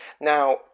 Now